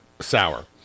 sour